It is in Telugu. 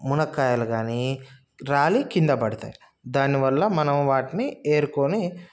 మునక్కాయలు కానీ రాలి కింద పడతాయి దానివల్ల మనం వాటిని ఏరుకొని